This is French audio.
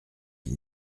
ils